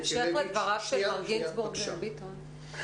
בהמשך לדבריו של מר גינזבורג וביטון,